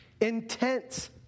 intense